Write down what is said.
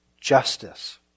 justice